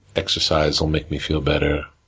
exercise will make me feel better,